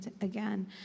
again